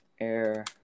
Air